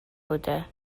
بوده